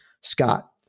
Scott